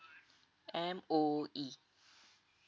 M_O_E